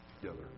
together